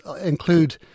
include